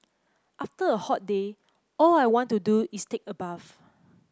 after a hot day all I want to do is take a bath